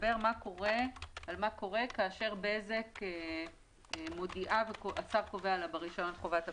מדבר על מה קורה כאשר בזק מודיעה והשר קובע לה ברישיון חובת הפצה.